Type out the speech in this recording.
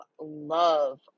love